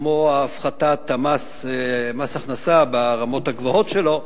כמו הפחתת מס הכנסה ברמות הגבוהות שלו,